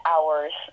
Hours